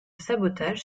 sabotage